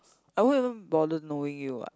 I won't even bother knowing you what